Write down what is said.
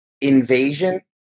Invasion